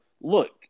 look